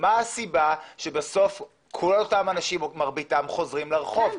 מה הסיבה שבסוף כל אותם אנשים או מרביתם חוזרים לרחוב,